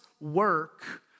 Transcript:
work